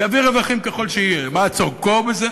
ויביא רווחים ככל שיהיה, מה צורכו בזה?